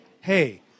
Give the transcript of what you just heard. hey